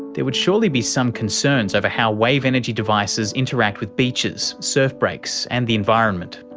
there would surely be some concerns over how wave energy devices interact with beaches, surf breaks, and the environment.